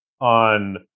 on